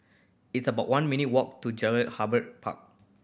it's about one minute ' walk to Jelutung Harbour Park